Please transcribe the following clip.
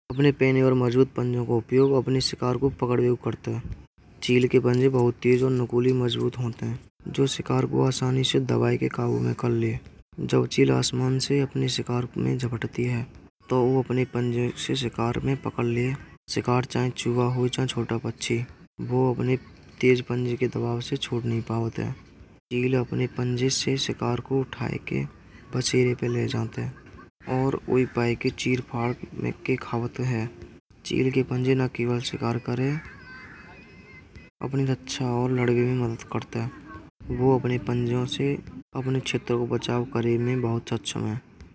अपने पैने और मजबूत पंजो का उपयोग अपने शिकार को पकड़े को करते होय। चील के पंजे बहुत तेज़ और नुकीले होते होय। जो शिकार आसानी से दबाए के काबू में कर ले। जब चील आसमान से अपने शिकार में झपटती होय। तो वो अपने पंजे से शिकार में पकड़ लेय। शिकार चाहे चुहे होय या छोटे पक्षी। वो अपने तेज पंजे के दबाव से छोड़ नि पावत होय। चींल अपने पंजे से शिकार को उठाए के बसेरे पर ले जाते होय। और वै के उपाय के चीर फाड़ के खाते होय। चील के पंजे ना केवल शिकार करे। बल्कि अपनी रक्षा और लड़े में मदद करते होय। वो अपने क्षेत्र से अपने को बचाव करने में सक्षम होय।